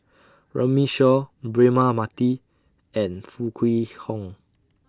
Runme Shaw Braema Mathi and Foo Kwee Horng